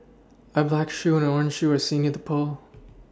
a black shoe and orange shoe are seen near the pole